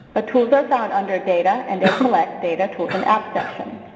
ah tools are found under data and then select data tools and apps section.